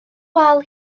wal